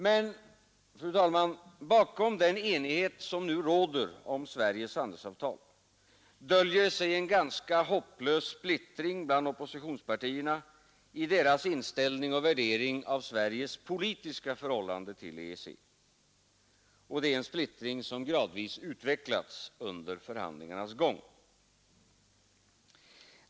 Men, fru talman, bakom den enighet som nu råder om Sveriges handelsavtal döljer sig en ganska hopplös splittring bland oppositions Partierna i deras inställning och värdering av Sveriges politiska förhållan de till EEC, och det är en splittring som gradvis utvecklats under förhandlingarnas gång.